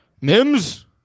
Mims